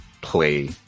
play